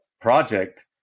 project